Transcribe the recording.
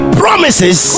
promises